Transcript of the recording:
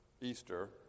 Easter